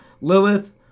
Lilith